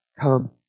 come